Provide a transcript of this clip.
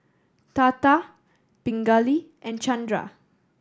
Tata Pingali and Chandra